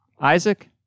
Isaac